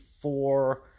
four